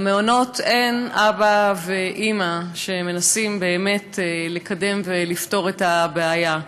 למעונות אין אבא ואימא שמנסים באמת לקדם ולפתור את הבעיה.